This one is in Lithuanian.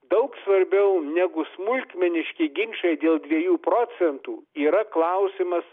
daug svarbiau negu smulkmeniški ginčai dėl dviejų procentų yra klausimas